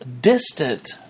distant